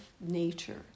nature